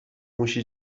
موشی